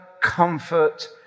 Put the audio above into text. comfort